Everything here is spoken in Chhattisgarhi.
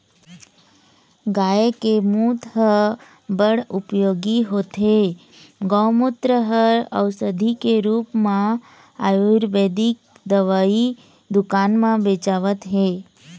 गाय के मूत ह बड़ उपयोगी होथे, गोमूत्र ह अउसधी के रुप म आयुरबेदिक दवई दुकान म बेचावत हे